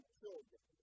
children